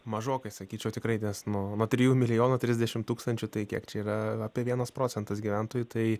mažokai sakyčiau tikrai nes nu nuo trijų milijonų trisdešim tūkstančių tai kiek čia yra apie vienas procentas gyventojų tai